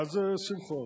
מה זה, שמחון?